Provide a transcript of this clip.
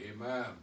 amen